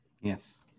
yes